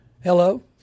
Hello